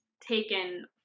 taken